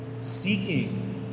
seeking